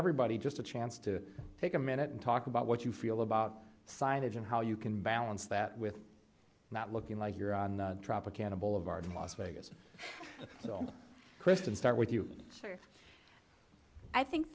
everybody just a chance to take a minute and talk about what you feel about signage and how you can balance that with not looking like you're on tropicana boulevard in las vegas so my question start with you sure i think